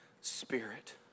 spirit